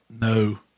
No